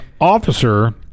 officer